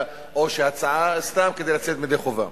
או שההצעה סתם כדי לצאת ידי חובה.